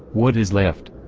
what is left?